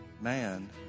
Man